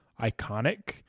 iconic